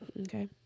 okay